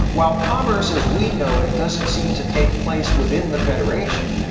while commerce as we know it doesn't seem to take place within the federation,